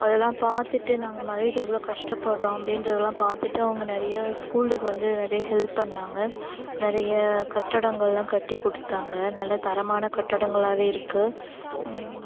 அதெலாம் பார்த்துட்டு நாங்கள் மழையில் எவ்வளோ கஷ்டப்படுகிறோம் அப்படின்றதுலாம் பார்த்துட்டு அவங்க நிறையா ஸ்கூலுக்கு வந்து நிறைய ஹெல்ப் பண்ணிணாங்க நிறைய கட்டடங்களெலாம் கட்டி கொடுத்தாங்க நல்ல தரமான கட்டடங்களாகவே இருக்குது